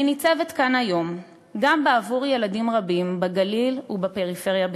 אני ניצבת כאן היום גם בעבור ילדים רבים בגליל ובפריפריה בכלל.